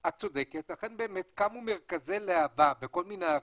את צודקת, אכן קמו מרכזי להב"ה בכל מיני ערים.